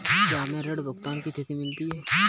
क्या हमें ऋण भुगतान की तिथि मिलती है?